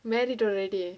married already